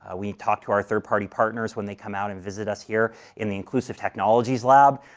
ah we talk to our third party partners when they come out and visit us here in the inclusive technologies lab.